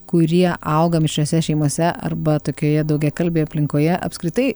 kurie auga mišriose šeimose arba tokioje daugiakalbėj aplinkoje apskritai